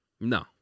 no